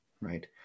right